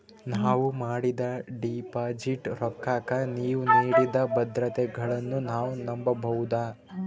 ನಾವು ಮಾಡಿದ ಡಿಪಾಜಿಟ್ ರೊಕ್ಕಕ್ಕ ನೀವು ನೀಡಿದ ಭದ್ರತೆಗಳನ್ನು ನಾವು ನಂಬಬಹುದಾ?